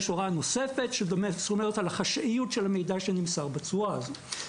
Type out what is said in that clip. יש הוראה נוספת באמת שומרת על החשאיות של המידע שנמסר בצורה הזאת.